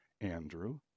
Andrew